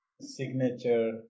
signature